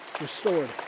Restored